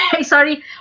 Sorry